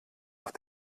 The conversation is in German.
auf